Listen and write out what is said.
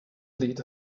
lead